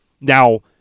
Now